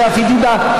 יחידה),